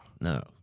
no